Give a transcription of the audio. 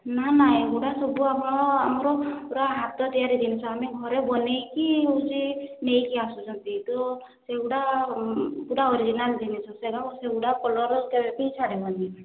ନାଁ ନାଁ ଏଗୁଡ଼ା ସବୁ ଆମର ଆମର ପୂରା ହାତ ତିଆରି ଜିନିଷ ଆମେ ଘରେ ବନେଇକି ହେଉଛି ନେଇକି ଆସୁଛନ୍ତି ତ ସେଗୁଡ଼ା ପୂରା ଅରିଜିନାଲ ଜିନିଷ ତ ସେଗୁଡ଼ା ସେଗୁଡ଼ା କଲର କେବେବି ଛାଡ଼ିବନି